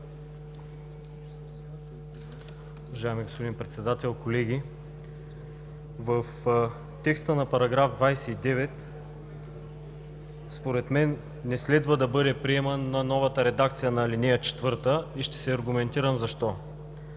Уважаеми господин Председател, колеги! В текста на § 29 според мен не следва да бъде приемана новата редакция на ал. 4 и ще се аргументирам защо.